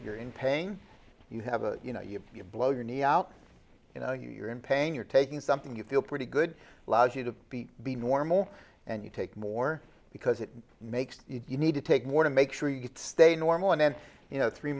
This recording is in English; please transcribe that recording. you're in pain you have a you know you you blow your knee out you know you're in pain you're taking something you feel pretty good allows you to be normal and you take more because it makes you need to take more to make sure you stay in normal and then you know three